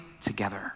together